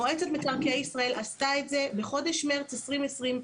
מועצת מקרקעי ישראל עשתה את זה בחודש מרס 2020,